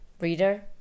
reader